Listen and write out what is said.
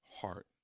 heart